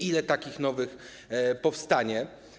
Ile takich nowych powstanie?